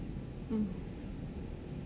mm